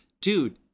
dude